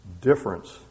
difference